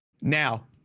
Now